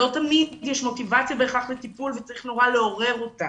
שלא תמיד יש מוטיבציה בהכרח לטיפול וצריך לעורר אותה.